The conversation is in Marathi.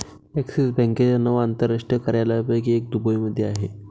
ॲक्सिस बँकेच्या नऊ आंतरराष्ट्रीय कार्यालयांपैकी एक दुबईमध्ये आहे